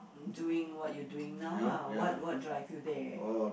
doing what you doing now lah what what drive you there